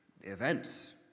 events